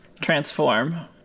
transform